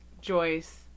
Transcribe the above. Joyce